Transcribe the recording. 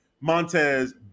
Montez